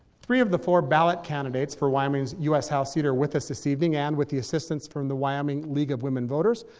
three of the four ballot candidates for wyoming's u s. house seat are with us this evening, and with the assistance from the wyoming league of women voters,